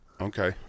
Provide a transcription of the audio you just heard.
Okay